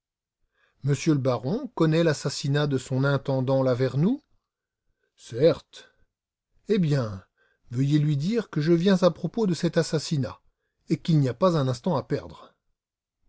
le baron connaît l'assassinat de son intendant lavernoux certes eh bien veuillez lui dire que je viens à propos de cet assassinat et qu'il n'y a pas un instant à perdre